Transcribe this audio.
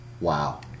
wow